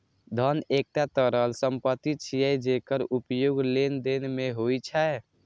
धन एकटा तरल संपत्ति छियै, जेकर उपयोग लेनदेन मे होइ छै